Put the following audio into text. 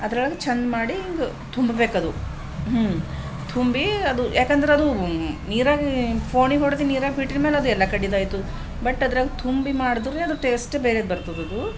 ಅದರೊಳಗೆ ಚಂದ ಮಾಡಿ ಹಿಂಗೆ ತುಂಬಬೇಕದು ಹ್ಞೂ ತುಂಬಿ ಅದು ಯಾಕೆಂದ್ರೆ ಅದು ನೀರಾಗೆ ಪೋಣಿ ಹೊಡ್ದು ನೀರಾಗ ಬಿಟ್ಮೇಲೆ ಅದು ಎಲ್ಲ ಕಡ್ಡಿದಾಯ್ತು ಬಟ್ ಅದ್ರಾಗ ತುಂಬಿ ಮಾಡಿದ್ರೆ ಅದು ಟೇಸ್ಟ್ ಬೇರೆದು ಬರ್ತದದು